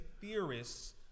theorists